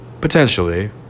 potentially